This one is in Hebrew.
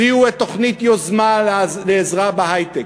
הביאו את תוכנית יוזמה לעזרה בהיי-טק,